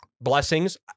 Blessings